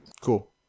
Cool